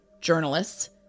journalists